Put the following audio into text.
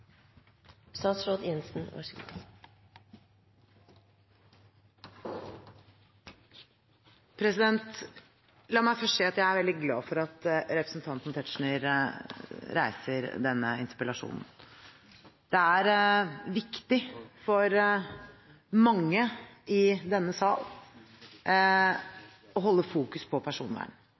veldig glad for at representanten Tetzschner reiser denne interpellasjonen. Det er viktig for mange i denne sal å fokusere på personvernet. Regjeringen er også svært opptatt av personvern